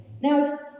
Now